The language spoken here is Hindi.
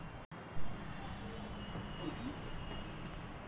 क्या मैं बीमा की किश्त मोबाइल फोन के द्वारा भर सकता हूं?